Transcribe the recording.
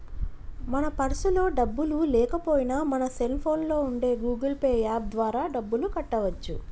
మన పర్సులో డబ్బులు లేకపోయినా మన సెల్ ఫోన్లో ఉండే గూగుల్ పే యాప్ ద్వారా డబ్బులు కట్టవచ్చు